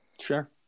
Sure